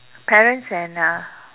parents and uh